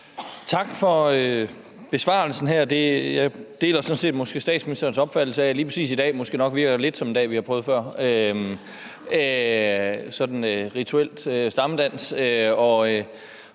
Tak for besvarelsen. Jeg deler sådan set statsministerens opfattelse af, at lige præcis dagen i dag måske virker lidt som en dag, vi har prøvet før med sådan en rituel stammedans.